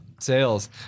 sales